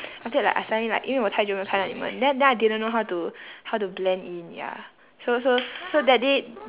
after that like I suddenly like 因为我太久没有看到你们 then then I didn't know how to how to blend in ya so so so that day